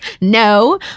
No